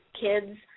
kids